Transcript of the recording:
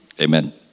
Amen